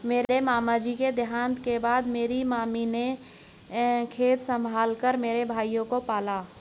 मेरे मामा जी के देहांत के बाद मेरी मामी ने खेत संभाल कर मेरे भाइयों को पाला